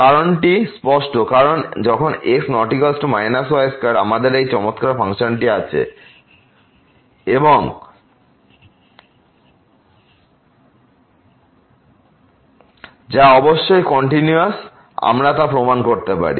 কারণটি স্পষ্ট কারণ যখন x ≠ y2 আমাদের এই চমৎকার ফাংশনটি আছে এবং যা অবশ্যই কন্টিনিউয়াস আমরা তা প্রমাণ করতে পারি